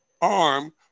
arm